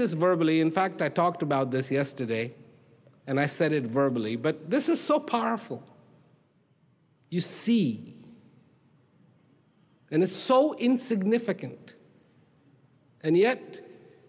this verbal in fact i talked about this yesterday and i said it verbal e but this is so powerful you see and it's so insignificant and yet